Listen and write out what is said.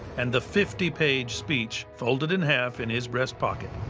and the fifty page speech folded in half in his breast pocket.